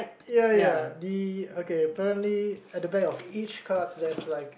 ya ya the apparently at the back of each there's like